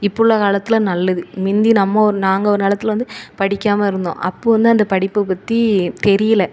இப்போதுள்ள காலத்தில் நல்லது முந்தி நம்ம ஒரு நாங்கள் ஒரு காலத்தில் வந்து படிக்காமல் இருந்தோம் அப்போது வந்து அந்த படிப்பை பற்றி தெரியல